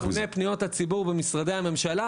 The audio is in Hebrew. למה אין חוק ממוני פניות הציבור במשרדי הממשלה,